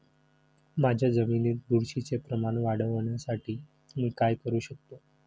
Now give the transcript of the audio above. माझ्या जमिनीत बुरशीचे प्रमाण वाढवण्यासाठी मी काय करू शकतो?